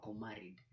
married